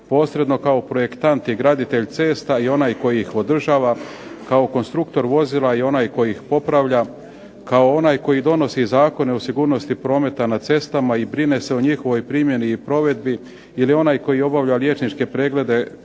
posredno kao projektant i graditelj cesta i onaj koji ih država, kao konstruktor vozila i onaj tko ih popravlja, kao onaj koji donosi Zakone o sigurnosti prometa na cestama i brine se o njihovoj primjeni i provedbi ili onaj koji obavlja liječničke preglede